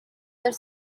their